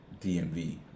DMV